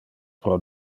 pro